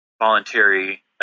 voluntary